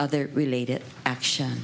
other related action